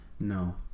No